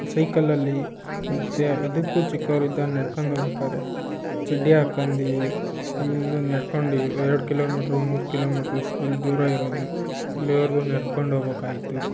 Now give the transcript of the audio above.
ಸೈಕಲಲ್ಲಿ ಮತ್ತು ಅದಕ್ಕೂ ಚಿಕ್ಕವ್ರಿದ್ದಾಗ ನೆಡ್ಕಂಡ್ ಹೋಗ್ಬೇಕಾದ್ರೆ ಚಡ್ಡಿ ಹಾಕ್ಕಂಡಿ ಫುಲ್ಲು ನಡ್ಕೊಂಡು ಎರಡು ಕಿಲೋಮೀಟ್ರು ಮೂರು ಕಿಲೋಮೀಟ್ರು ಸ್ಕೂಲ್ ದೂರ ಇರೋದು ಅಲ್ಲಿವರೆಗೂ ನಡ್ಕೊಂಡು ಹೋಬೇಕಾಯಿತ್ತು